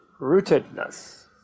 rootedness